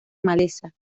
maleza